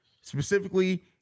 specifically